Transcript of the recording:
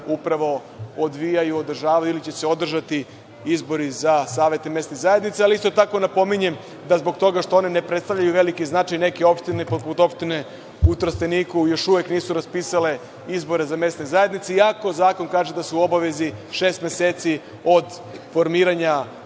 upravo odvijaju, održavaju ili će se održati izbori za savete mesnih zajednica, ali isto tako napominjem da zbog toga što one ne predstavljaju veliki značaj, neke opštine, poput opštine u Trsteniku, još uvek nisu raspisale izbore za mesne zajednice, iako zakon kaže da su u obavezi šest meseci od formiranja